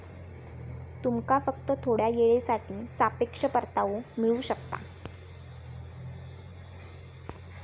तुमका फक्त थोड्या येळेसाठी सापेक्ष परतावो मिळू शकता